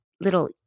little